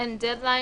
שאין דד ליין,